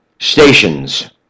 stations